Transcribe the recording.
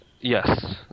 Yes